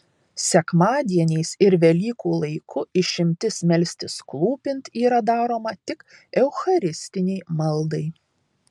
sekmadieniais ir velykų laiku išimtis melstis klūpint yra daroma tik eucharistinei maldai